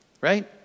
right